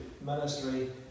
ministry